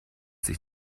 sich